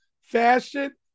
fashion